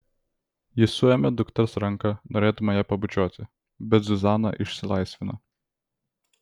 ji suėmė dukters ranką norėdama ją pabučiuoti bet zuzana išsilaisvino